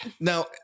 Now